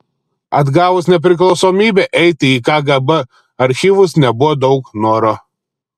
atgavus nepriklausomybę eiti į kgb archyvus nebuvo daug noro